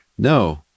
No